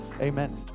amen